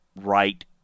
right